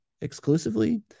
exclusively